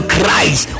Christ